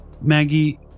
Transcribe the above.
Maggie